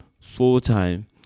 full-time